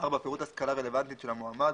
פירוט השכלה רלוונטית של המועמד,